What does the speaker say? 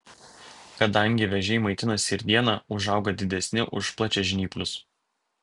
kadangi vėžiai maitinasi ir dieną užauga didesni už plačiažnyplius